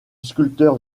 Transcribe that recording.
sculpteur